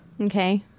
okay